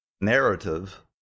narrative